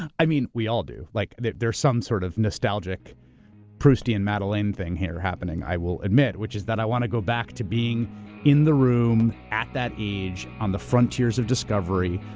i mean, we all do, like there's some sort of nostalgic proustian madeleine thing here happening, i will admit, which is that i wanna go back to being in the room at that age on the frontiers of discovery,